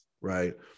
right